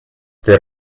der